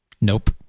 Nope